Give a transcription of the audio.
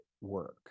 work